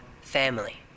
family